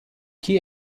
chi